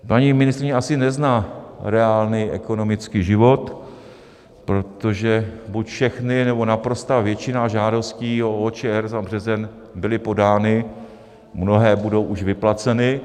Paní ministryně asi nezná reálný ekonomický život, protože buď všechny, nebo naprostá většina žádostí o OČR za březen byly podány, mnohé budou už vyplaceny.